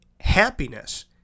happiness